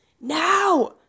Now